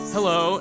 Hello